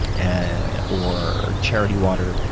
and or charity water,